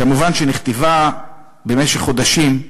כמובן שנכתבה במשך חודשים,